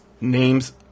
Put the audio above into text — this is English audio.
names